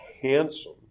handsome